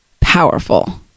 powerful